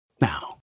Now